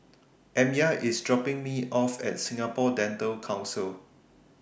Amya IS dropping Me off At Singapore Dental Council